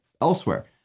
elsewhere